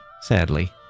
sadly